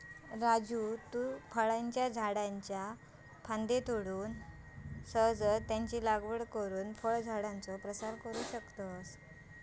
राजू तु फळांच्या झाडाच्ये फांद्ये तोडून सहजच त्यांची लागवड करुन फळझाडांचो प्रसार करू शकतस